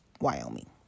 Wyoming